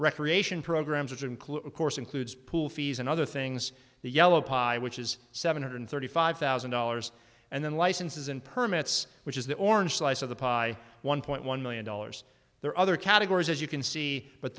recreation programs which include course includes pool fees and other things the yellow which is seven hundred thirty five thousand dollars and then licenses and permits which is the orange slice of the pie one point one million dollars there are other categories as you can see but